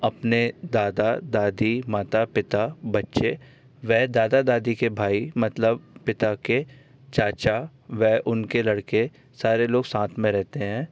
अपने दादा दादी माता पिता बच्चे व दादा दादी के भाई मतलब पिता के चाचा व उनके लड़के सारे लोग साथ में रहते हैं